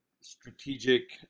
strategic